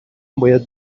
باید